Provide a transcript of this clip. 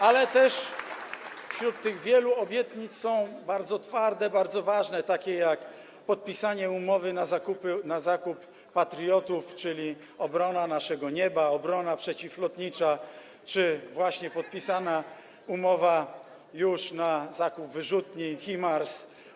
Ale też wśród tych wielu obietnic są bardzo twarde, bardzo ważne, takie jak podpisanie umowy na zakup wyrzutni Patriot, czyli obrona naszego nieba, obrona przeciwlotnicza, czy właśnie podpisana już umowa na zakup wyrzutni HIMARS.